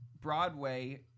Broadway